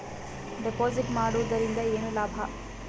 Deposit ಮಾಡುದರಿಂದ ಏನು ಲಾಭ?